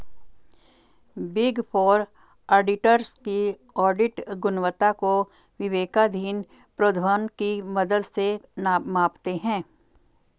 big four auditors की audit गुणवत्ता को विवेकाधीन प्रोद्भवन की मदद से मापते हैं